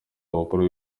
abakuru